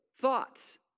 thoughts